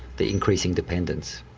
the increasing dependence.